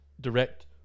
direct